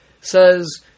says